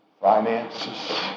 finances